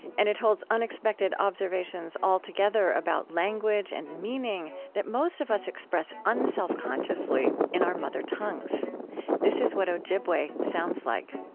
and it holds unexpected observations altogether about language and meaning that most of us express unselfconsciously in our mother tongues this is what ojibwe sounds like